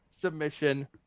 submission